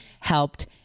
helped